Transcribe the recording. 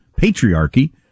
patriarchy